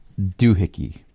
doohickey